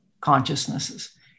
consciousnesses